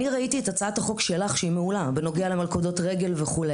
אני ראיתי את הצעת החוק שלך שהיא מעולה בנוגע למלכודות רגל וכו',